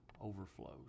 overflows